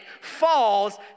falls